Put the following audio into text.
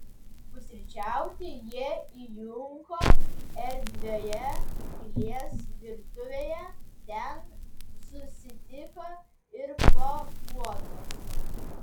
pusryčiauti jie įjunko erdvioje pilies virtuvėje ten susitiko ir po puotos